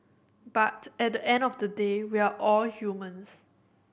but at the end of the day we're all humans